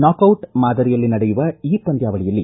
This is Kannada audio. ನಾಕೌಟ್ ಮಾದರಿಯಲ್ಲಿ ನಡೆಯುವ ಈ ಪಂದ್ಯಾವಳಿಯಲ್ಲಿ